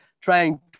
trying